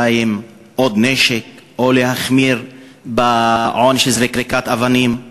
עוד נשק או להחמיר בעונש על זריקת אבנים.